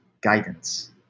guidance